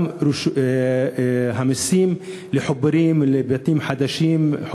גם המסים על חיבורים לבתים חדשים,